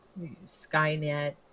Skynet